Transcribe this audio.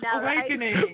Awakening